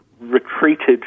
retreated